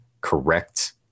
correct